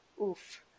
Oof